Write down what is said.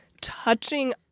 touching